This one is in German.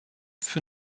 für